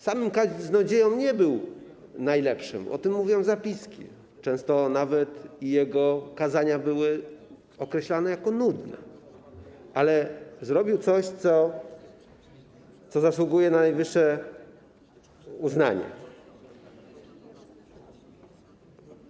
Sam kaznodzieją nie był najlepszym, o tym mówią zapiski, często nawet jego kazania były określane jako nudne, ale zrobił coś, co zasługuje na najwyższe uznanie.